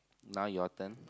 now your turn